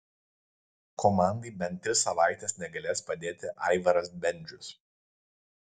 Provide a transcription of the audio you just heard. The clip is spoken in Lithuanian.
komandai bent tris savaites negalės padėti aivaras bendžius